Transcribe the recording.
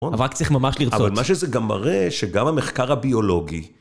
אבל רק צריך ממש לרצות. אבל מה שזה גם מראה, שגם המחקר הביולוגי...